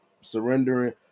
surrendering